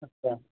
अच्छा